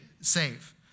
save